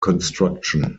construction